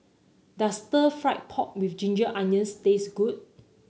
does Stir Fried Pork with Ginger Onions taste good